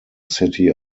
city